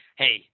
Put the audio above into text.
hey